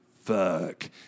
fuck